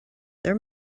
there